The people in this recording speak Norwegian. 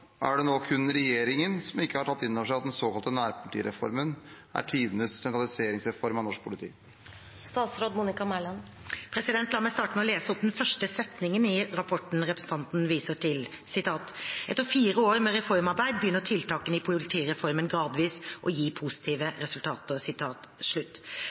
tidenes sentraliseringsreform av norsk politi?» La meg starte med å lese opp den første setningen i rapporten representanten viser til: «Etter fire år med reformarbeid begynner tiltakene i politireformen gradvis å gi positive